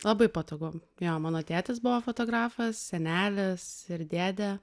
labai patogu jo mano tėtis buvo fotografas senelis ir dėdė